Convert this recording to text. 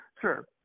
sure